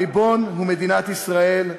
הריבון הוא מדינת ישראל,